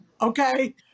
okay